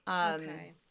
Okay